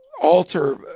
alter